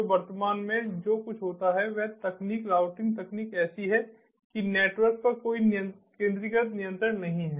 तो वर्तमान में जो कुछ होता है वह तकनीक राउटिंग तकनीक ऐसी है कि नेटवर्क पर कोई केंद्रीकृत नियंत्रण नहीं है